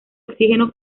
oxígeno